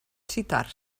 citar